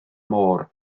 môr